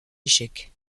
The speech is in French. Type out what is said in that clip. échec